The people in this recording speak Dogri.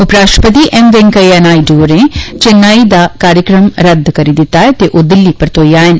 उपराष्ट्रपति एम वैकेइयां नायडू होरें चेन्नेई दा कार्यक्रम रद्द करी दिता ऐ ते ओह दिल्ली परतोई आए न